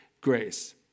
grace